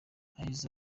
aheza